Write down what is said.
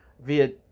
via